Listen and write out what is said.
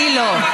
אני לא.